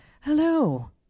hello